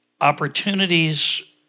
opportunities